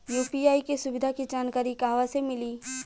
UPI के सुविधा के जानकारी कहवा से मिली?